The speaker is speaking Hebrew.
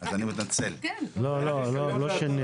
אז היינו חוסכים ימים יקרים ושעות